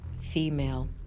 female